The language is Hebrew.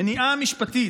מניעה משפטית.